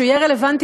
שיהיה רלוונטי